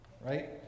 right